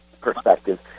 perspective